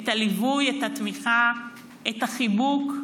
את הליווי, את התמיכה, את החיבוק,